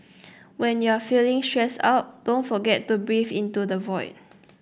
when you are feeling stressed out don't forget to breathe into the void